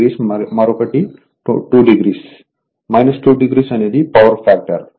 9o మరొకటి 2o 2o అనేది power factor angle